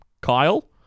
Kyle